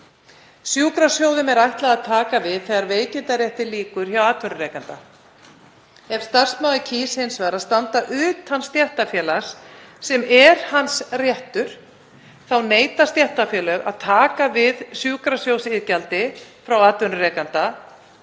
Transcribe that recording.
Sjúkrasjóðum er ætlað að taka við þegar veikindarétti lýkur hjá atvinnurekanda. Ef starfsmaður kýs hins vegar að standa utan stéttarfélags, sem er hans réttur, neita stéttarfélög að taka við sjúkrasjóðsiðgjaldi frá atvinnurekanda.